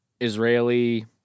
Israeli